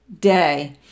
day